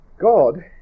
God